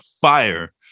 fire